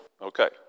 Okay